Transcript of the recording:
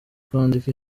kwandika